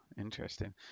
interesting